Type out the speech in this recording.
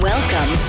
Welcome